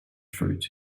fruit